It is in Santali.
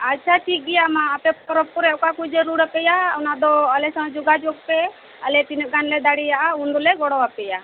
ᱟᱪᱪᱷᱟ ᱴᱷᱤᱠ ᱜᱮᱭᱟ ᱢᱟ ᱟᱯᱮ ᱯᱚᱨᱚᱵ ᱠᱚᱨᱮ ᱚᱠᱟ ᱠᱚ ᱡᱟᱹᱨᱩᱲ ᱟᱯᱮᱭᱟ ᱚᱱᱟ ᱫᱚ ᱟᱞᱮ ᱥᱟᱶ ᱡᱳᱜᱟ ᱡᱳᱜ ᱯᱮ ᱛᱤᱱᱟᱹᱜ ᱜᱟᱱ ᱞᱮ ᱫᱟᱲᱮᱭᱟᱜᱼᱟ ᱚᱱᱟ ᱫᱚ ᱟᱞᱮ ᱞᱮ ᱜᱚᱲᱚ ᱟᱯᱮᱭᱟ